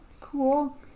Cool